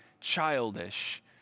childish